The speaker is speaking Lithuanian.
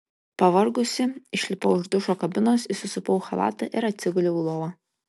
pavargusi išlipau iš dušo kabinos įsisupau į chalatą ir atsiguliau į lovą